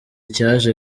cyaje